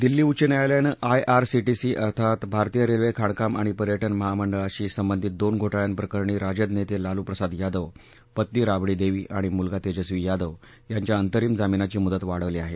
दिल्ली उच्च न्यायालयानं I R C T C अर्थात भारतीय रेल्वे खाणकाम आणि पर्यटन महामंडळाशी संबधीत दोन घोटाळ्याप्रकरणी राजद नेते लालू प्रसाद यादव पत्नी राबडी देवी आणि मुलगा तेजस्वी यादव यांच्या अंतरीम जामीनाची मुदत वाढवली आहे